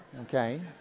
okay